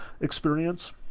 experience